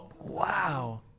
Wow